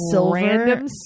random